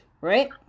Right